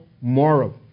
moral